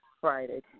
Friday